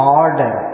order